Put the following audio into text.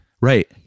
Right